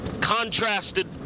contrasted